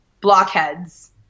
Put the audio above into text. blockheads